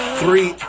three